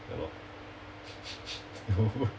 ya lor